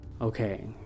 Okay